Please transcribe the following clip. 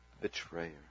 betrayer